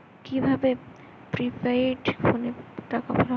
কি ভাবে প্রিপেইড ফোনে টাকা ভরা হয়?